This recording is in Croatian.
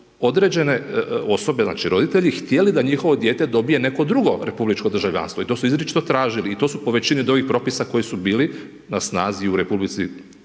određene osobe, znači roditelji htjeli da njihovo dijete dobije neko drugo republičko državljanstvo i t osu izričito tražili i to su po većini ovih propisa koji su bili na snazi u tadašnjoj